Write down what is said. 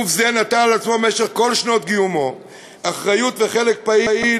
גוף זה נטל על עצמו במשך כל שנות קיומו חלק פעיל